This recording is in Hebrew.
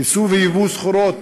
ייצוא וייבוא סחורות